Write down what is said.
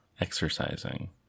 exercising